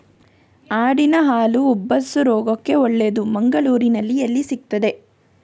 ಆಡಿನ ಹಾಲು ಉಬ್ಬಸ ರೋಗಕ್ಕೆ ಒಳ್ಳೆದು, ಮಂಗಳ್ಳೂರಲ್ಲಿ ಎಲ್ಲಿ ಸಿಕ್ತಾದೆ?